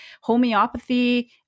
homeopathy